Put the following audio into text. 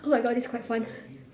oh my god this quite fun